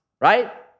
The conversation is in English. right